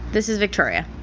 this is victoria.